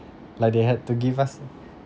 like they had to give us